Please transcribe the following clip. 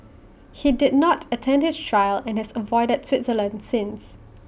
he did not attend his trial and has avoided Switzerland since